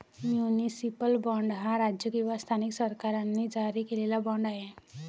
municipal bond हा राज्य किंवा स्थानिक सरकारांनी जारी केलेला बाँड आहे